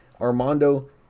Armando